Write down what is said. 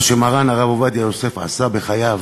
מה שמרן הרב עובדיה יוסף עשה בחייו